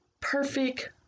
perfect